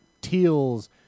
teals